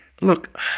look